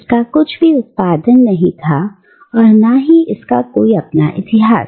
इसका कुछ भी उत्पादन नहीं था और ना ही इसका अपना कोई इतिहास